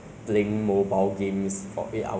不是 eight hours mah 很少休息 mah